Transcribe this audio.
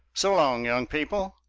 so long, young people!